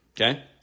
Okay